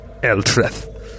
Eltreth